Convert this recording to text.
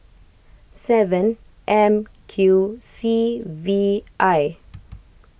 seven M Q C V I